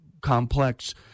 complex